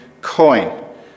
coin